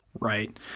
Right